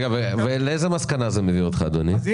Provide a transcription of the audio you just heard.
אדוני, דקה אחרונה לרשותך.